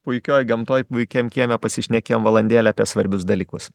puikioj gamtoj puikiam kieme pasišnekėjom valandėlę apie svarbius dalykus